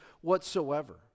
whatsoever